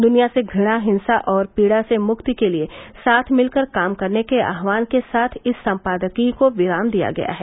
दुनिया से घृणा हिंसा और पीड़ा से मुक्ति के लिए साथ मिलकर काम करने के आह्वान के साथ इस सम्पादकीय को विराम दिया गया है